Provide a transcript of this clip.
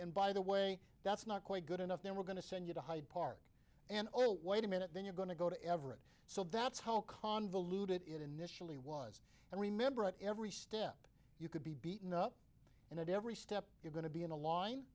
and by the way that's not quite good enough then we're going to send you to hyde park and wait a minute then you're going to go to everett so that's how convoluted it initially was and remember at every step you could be beaten up and at every step you're going to be in a line